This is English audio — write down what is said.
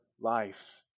life